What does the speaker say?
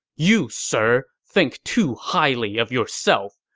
you, sir, think too highly of yourself!